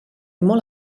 molt